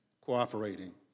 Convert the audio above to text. cooperating